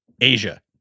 Asia